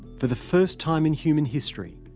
for the first time in human history,